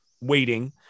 waiting